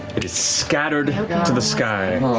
it is scattered to the sky.